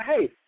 hey